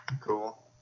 Cool